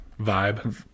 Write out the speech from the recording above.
vibe